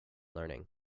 learning